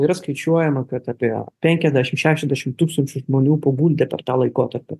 yra skaičiuojama kad apie penkiasdešim šešiasdešim tūkstančių žmonių paguldė per tą laikotarpį